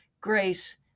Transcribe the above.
grace